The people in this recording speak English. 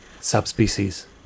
subspecies